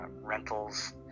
rentals